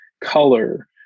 color